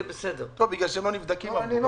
אמרו שזה בגלל שהם לא נבדקים הרבה.